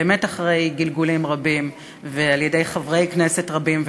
באמת אחרי גלגולים רבים ועל-ידי חברי כנסת רבים,